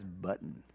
button